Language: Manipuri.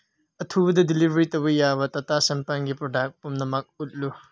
ꯑꯊꯨꯕꯗ ꯗꯦꯂꯤꯚꯔꯤ ꯇꯧꯕ ꯌꯥꯗ ꯇꯇꯥ ꯁꯝꯄꯥꯟꯒꯤ ꯄ꯭ꯔꯗꯛ ꯄꯨꯝꯅꯃꯛ ꯎꯠꯂꯨ